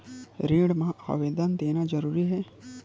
ऋण मा आवेदन देना जरूरी हे?